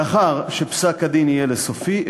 לאחר שפסק-הדין יהיה לסופי,